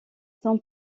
son